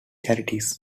charities